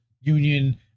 Union